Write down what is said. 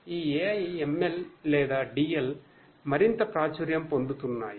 ఈ AI ML లేదా DL మరింతప్రాచుర్యంపొందుతున్నాయి